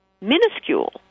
Minuscule